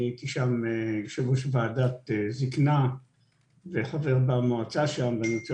הייתי יושב-ראש ועדת זקנה וחבר במועצה שם ואני רוצה